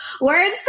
words